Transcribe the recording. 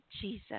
Jesus